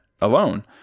alone